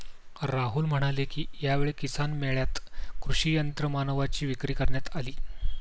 राहुल म्हणाले की, यावेळी किसान मेळ्यात कृषी यंत्रमानवांची विक्री करण्यात आली